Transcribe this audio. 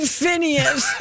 Phineas